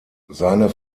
sein